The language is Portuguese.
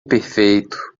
perfeito